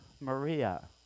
Maria